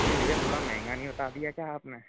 ये भइया थोड़ा महँगा नहीं बता दिया क्या आपने